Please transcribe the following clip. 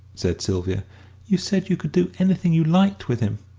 said sylvia you said you could do anything you liked with him.